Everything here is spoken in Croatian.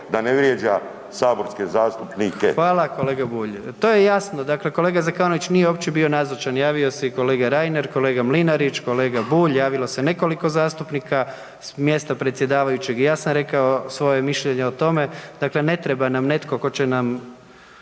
da ne vrijeđa saborske zastupnike. **Jandroković, Gordan (HDZ)** Hvala, kolega Bulj. To je jasno, dakle kolega Zekanović nije uopće bio nazočan, javio se i kolega Reiner, kolega Mlinarić, kolega Bulj, javilo se nekoliko zastupnika, s mjesta predsjedavajućeg i ja sam rekao svoje mišljenje o tome, dakle ne treba nam netko tko će nam